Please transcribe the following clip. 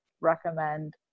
recommend